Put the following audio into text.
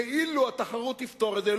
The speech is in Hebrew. כאילו התחרות תפתור את זה.